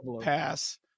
Pass